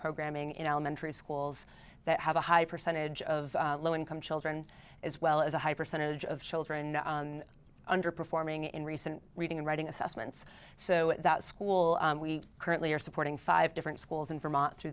programming in elementary schools that have a high percentage of low income children as well as a high percentage of children under performing in recent reading and writing assessments so that school we currently are supporting five different schools in vermont through